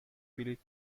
بلیط